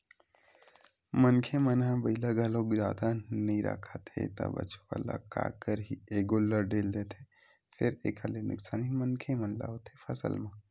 मनखे मन ह बइला घलोक जादा नइ राखत हे त बछवा ल का करही ए गोल्लर ढ़ील देथे फेर एखर ले नुकसानी मनखे मन ल होथे फसल म